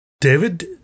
David